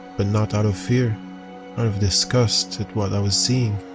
but not out of fear. out of disgust at what i was seeing.